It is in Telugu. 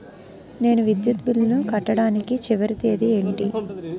నేను విద్యుత్ బిల్లు కట్టడానికి చివరి తేదీ ఏంటి?